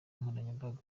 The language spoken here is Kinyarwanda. nkoranyambaga